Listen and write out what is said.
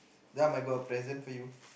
ya I'm got a present for you